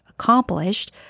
accomplished